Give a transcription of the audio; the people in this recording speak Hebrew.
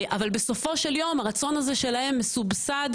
אבל בסופו של יום הרצון הזה שלהם מסובסד